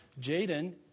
Jaden